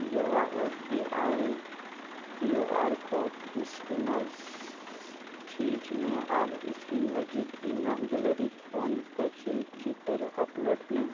ᱡᱳᱜᱟ S B I Q R code scanner ᱡᱷᱤᱡᱽ ᱢᱮ ᱟᱨ ᱤᱥᱤᱱ ᱞᱟᱹᱜᱤᱫ ᱤᱧᱟᱹᱜ ᱜᱮᱞᱟᱨᱤ ᱠᱷᱚᱱ ᱯᱟᱹᱦᱤᱞ ᱪᱤᱛᱟᱹᱨ ᱟᱯᱞᱳᱰ ᱢᱮ